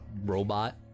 robot